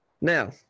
now